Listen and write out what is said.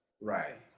Right